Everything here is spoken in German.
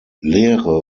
leere